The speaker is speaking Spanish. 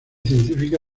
científica